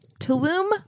Tulum